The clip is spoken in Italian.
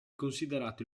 considerato